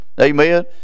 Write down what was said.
amen